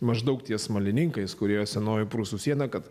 maždaug ties smalininkais kur ėjo senoji prūsų siena kad